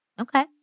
Okay